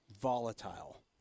volatile